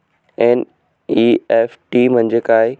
NEFT म्हणजे काय?